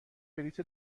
بلیط